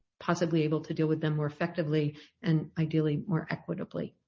possibly able to deal with them more effectively and ideally more equitably.